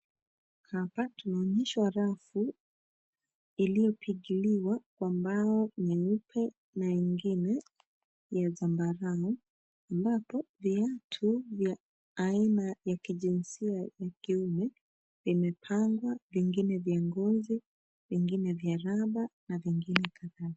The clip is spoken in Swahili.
Hapa tunaonyeshwa rafu iliyo pigiliwa mbao nyeupe na ingine ya zambarau ambapo viatu vya aina ya kijinsia ya kiume vimepangwa na vingine vya ngozi, vingine vya raba na vingine kadhaa.